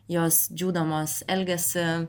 jos džiūdamos elgiasi